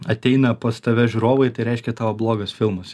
ateina pas tave žiūrovai tai reiškia tavo blogas filmas